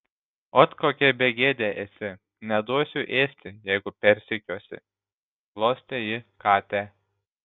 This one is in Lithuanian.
ot kokia begėdė esi neduosiu ėsti jeigu persekiosi glostė ji katę